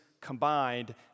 combined